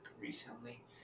recently